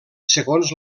segons